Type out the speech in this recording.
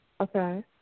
Okay